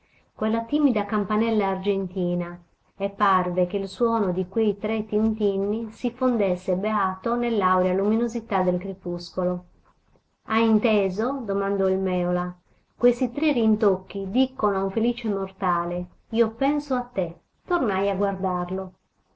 din quella timida campanella argentina e parve che il suono di quei tre tintinni si fondesse beato nell'aurea luminosità del crepuscolo hai inteso domandò il mèola questi tre rintocchi dicono a un felice mortale io penso a te tornai a guardarlo